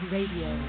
Radio